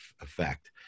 effect